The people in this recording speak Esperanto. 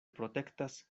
protektas